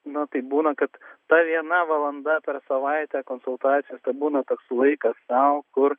nu taip būna kad ta viena valanda per savaitę konsultacijos tai būna toks laikas sau kur